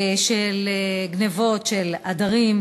גנבות של עדרים,